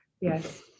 yes